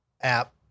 app